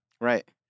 Right